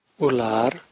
ular